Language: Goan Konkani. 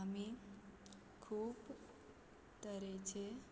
आमी खूब तरेचे